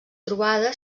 trobada